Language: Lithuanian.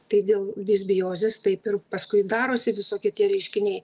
tai dėl disbiozės taip ir paskui darosi visokie tie reiškiniai